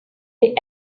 est